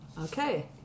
Okay